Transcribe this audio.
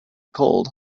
called